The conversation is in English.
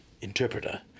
interpreter